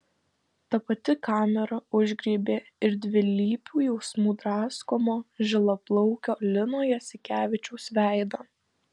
ta pati kamera užgriebė ir dvilypių jausmų draskomo žilaplaukio lino jasikevičiaus veidą